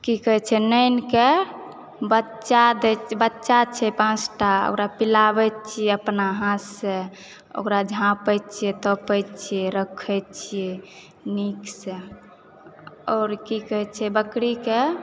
की कहै छै नैनके बच्चा दए बच्चा छै पाँचटा ओकरा पिलाबैत छियै अपना हाथसँ ओकरा झाँपैत छियै तोपैत छियै रखै छियै नीकसँ आओर की कहै छै बकरीके